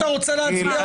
שאתה רוצה להצביע השבוע?